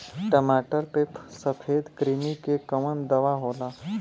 टमाटर पे सफेद क्रीमी के कवन दवा होला?